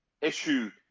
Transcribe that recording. issue